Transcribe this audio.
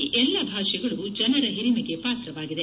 ಈ ಎಲ್ಲಾ ಭಾಷೆಗಳು ಜನರ ಹಿರಿಮೆಗೆ ಪಾತ್ರವಾಗಿದೆ